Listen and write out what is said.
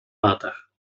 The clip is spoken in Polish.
latach